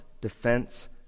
defense